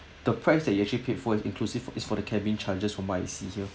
the price that you actually paid for is inclusive is for the cabin charges from what I see here